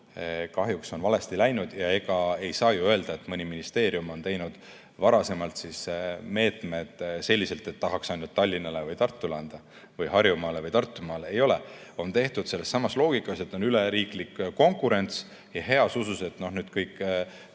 mõndagi] valesti läinud. Ega ei saa ju öelda, et mõni ministeerium on teinud varem meetmed selliselt, et tahaks anda ainult Tallinnale ja Tartule või Harjumaale ja Tartumaale. Ei ole. On tehtud sellessamas loogikas, et on üleriiklik konkurents, ja heas usus, et nüüd kõik